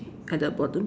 at the bottom